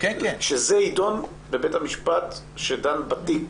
שזה יידון בבית המשפט שדן בתיק.